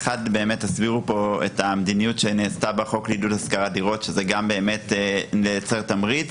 הסבירו פה את המדיניות שנעשתה בחוק עידוד השכרת דירות שגם מייצר תמריץ.